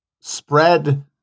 spread